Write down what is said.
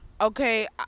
Okay